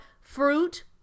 fruit